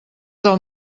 del